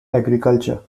agriculture